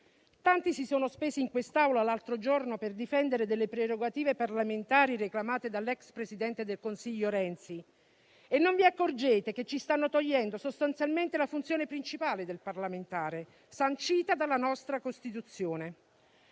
Tanti si sono spesi in quest'Aula l'altro giorno per difendere le prerogative parlamentari reclamate dall'ex Presidente del Consiglio Renzi e non vi accorgete che ci stanno togliendo sostanzialmente la funzione principale del parlamentare, sancita dalla nostra Costituzione.